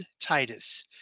titus